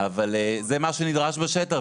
זה מה שנדרש בשטח.